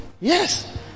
Yes